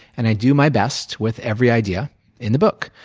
and i do my best with every idea in the book.